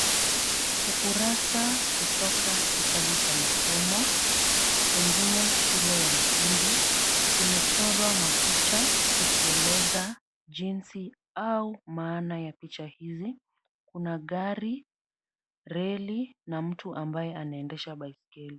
Ukurasa kutoka kitabu cha masomo pengine shule ya msingi, kimechorwa mapicha kikieleza jinsi au maana ya picha hizi. Kuna gari, reli na mtu ambaye anaendesha baiskeli.